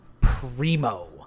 primo